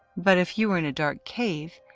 but if you were in a dark cave,